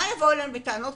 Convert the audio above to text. למה שיבואו אלינו בטענות?